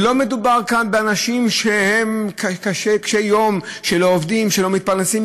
ולא מדובר כאן באנשים שהם קשי-יום שלא עובדים ולא מתפרנסים,